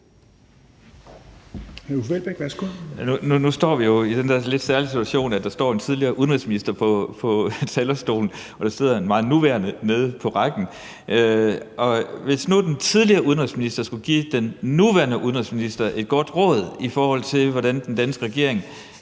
Nu står vi jo i den der lidt særlige situation, at der står en tidligere udenrigsminister på talerstolen, og der sidder en meget nuværende nede i salen. Hvis nu den tidligere udenrigsminister skulle give den nuværende udenrigsminister et godt råd om, hvordan den danske regering